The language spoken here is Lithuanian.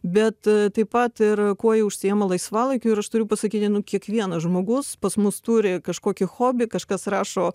bet taip pat ir kuo jie užsiėma laisvalaikiu ir aš turiu pasakyti nu kiekvienas žmogus pas mus turi kažkokį hobį kažkas rašo